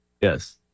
Yes